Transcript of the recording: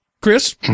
Chris